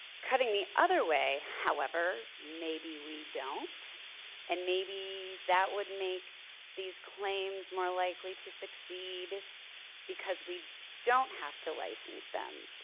cutting the other way however, maybe we don't and maybe that would make these claims more likely to succeed because we don't have to license them.